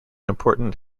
important